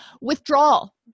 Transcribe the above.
withdrawal